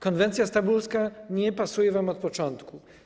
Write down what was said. Konwencja stambulska nie pasuje wam od początku.